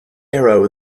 arrow